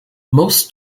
most